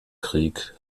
krieg